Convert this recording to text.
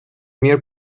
mere